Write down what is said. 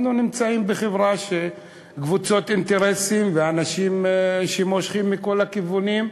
אנחנו נמצאים בחברה עם קבוצות אינטרסים ואנשים שמושכים לכל הכיוונים.